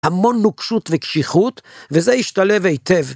המון נוקשות וקשיחות, וזה השתלב היטב.